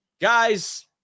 Guys